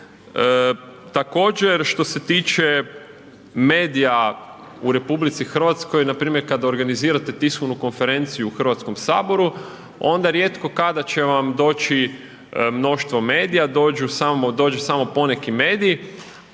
Također, što se tiče medija u RH, npr. kad organizirate tiskovnu konferenciju u Hrvatskom saboru, onda rijetko kada će vam doći mnoštvo medija, dođe samo poneki medij,